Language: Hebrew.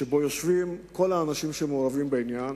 שיושבים בו כל האנשים שמעורבים בנושא.